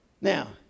Now